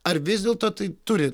ar vis dėlto tai turi